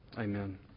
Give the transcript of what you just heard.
Amen